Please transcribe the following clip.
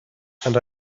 and